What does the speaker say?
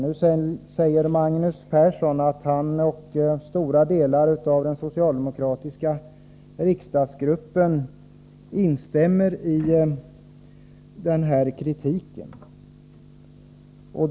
Nu säger Magnus Persson att han och stora delar av den socialdemokratiska riksdagsgruppen instämmer i denna kritik.